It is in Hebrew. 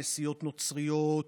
כנסיות נוצריות,